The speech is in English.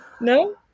No